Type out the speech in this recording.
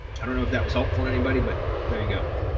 i don't know if that was helpful to anybody. but there you go.